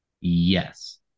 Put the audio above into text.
Yes